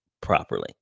properly